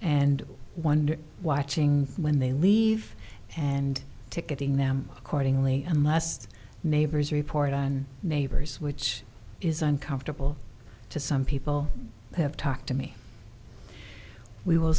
and one watching when they leave and ticketing them accordingly unless neighbors report on neighbors which is uncomfortable to some people have talked to me we will